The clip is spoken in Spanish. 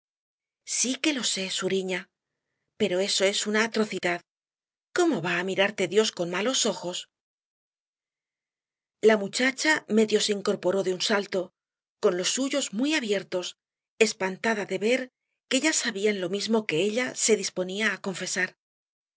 sí que lo sé suriña pero eso es una atrocidad cómo va á mirarte dios con malos ojos la muchacha medio se incorporó de un salto con los suyos muy abiertos espantada de ver que ya sabían lo mismo que ella se disponía á